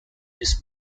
this